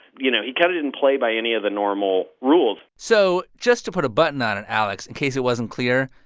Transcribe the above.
you know, he kind of didn't play by any of the normal rules so just to put a button on it, and alex, in case it wasn't clear,